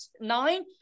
nine